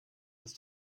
des